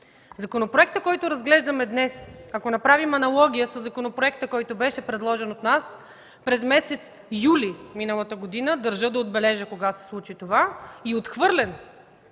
Законопроектът, който разглеждаме днес, ако направим аналогия със законопроекта, който беше предложен от нас през месец юли миналата година – държа да отбележа кога се случи това, и отхвърлен